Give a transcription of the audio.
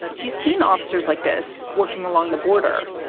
he's seen officers like this working along the border,